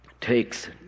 takes